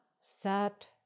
sat